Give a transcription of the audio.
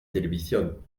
televisión